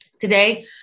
today